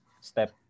step